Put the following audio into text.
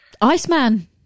Iceman